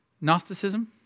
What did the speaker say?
Gnosticism